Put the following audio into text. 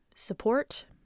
support